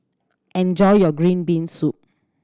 enjoy your green bean soup